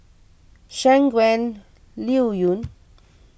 Shangguan Liuyun